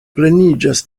pleniĝas